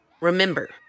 Remember